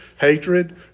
hatred